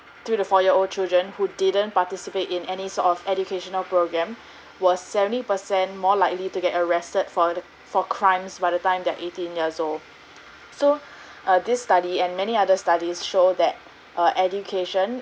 three to four year old children who didn't participate in any sort of educational program were seventy percent more likely to get arrested for the for crimes by the time they are eighteen years old so this study and many other studies show that uh education